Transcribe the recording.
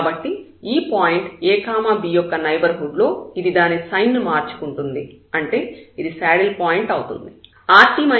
కాబట్టి ఈ point a b యొక్క నైబర్హుడ్ లో ఇది దాని సైన్ ను మార్చుకుంటుంది అంటే ఇది శాడిల్ పాయింట్ అవుతుంది